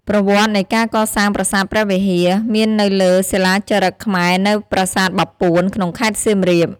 ប្រវត្តិនៃការកសាងប្រាសាទព្រះវិហារ មាននៅលើសិលាចារឹកខ្មែរនៅ ប្រាសាទបាពួន ក្នុងខេត្តសៀមរាប។